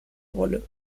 rolle